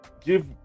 give